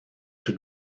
tout